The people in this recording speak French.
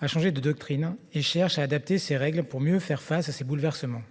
à changer de doctrine. Elle cherche à adapter ses règles pour mieux faire face à ces bouleversements.